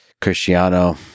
Cristiano